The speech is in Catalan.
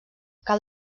cal